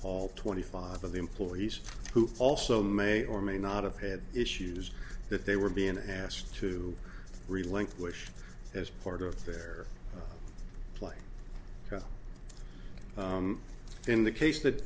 all twenty five of the employees who also may or may not have had issues that they were being asked to relinquish as part of their play in the case that